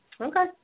Okay